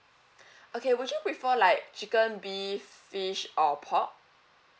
okay would you prefer like chicken beef fish or pork